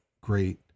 great